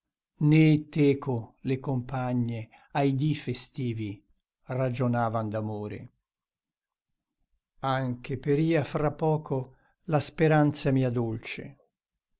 né teco le compagne ai dì festivi ragionavan d'amore anche peria fra poco la speranza mia dolce